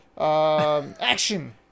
Action